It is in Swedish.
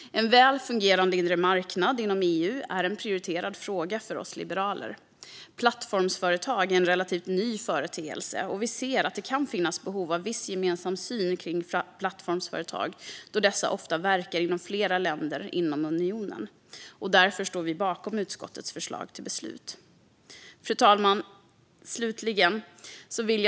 En väl fungerande inre marknad inom EU är en prioriterad fråga för oss liberaler. Plattformsföretag är en relativt ny företeelse, och vi ser att det kan finnas behov av viss gemensam syn på plattformsföretag eftersom dessa ofta verkar i flera länder inom unionen. Därför yrkar vi bifall till utskottets förslag till beslut. Fru talman!